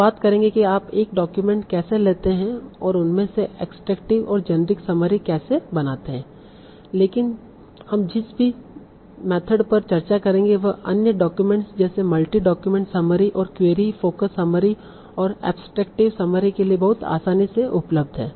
हम बात करेंगे कि आप एक डॉक्यूमेंट कैसे लेते हैं और उसमें से एक्स्ट्रेक्टिव और जेनेरिक समरी केसे बनाते हैं लेकिन हम जिस भी मेथड पर चर्चा करेंगे वह अन्य डाक्यूमेंट्स जैसे मल्टी डॉक्युमेंट समरी और क्वेरी फ़ोकस समरी और एब्सट्रैक्टटिव समरी के लिए बहुत आसानी से उपलब्ध है